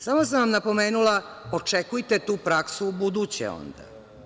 Samo sam vam napomenula – očekujte tu praksu ubuduće onda.